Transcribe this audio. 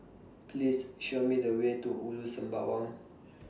Please Show Me The Way to Ulu Sembawang